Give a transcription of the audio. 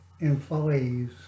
employees